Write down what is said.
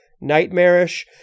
nightmarish